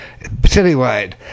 citywide